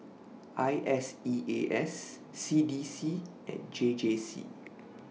I S E A S C D C and J J C